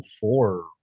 four